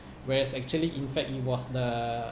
whereas actually in fact it was the